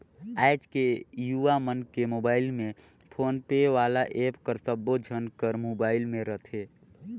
आएज के युवा मन के मुबाइल में फोन पे वाला ऐप हर सबो झन कर मुबाइल में रथे